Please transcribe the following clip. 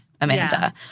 Amanda